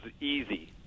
easy